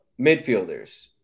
midfielders